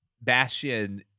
Bastion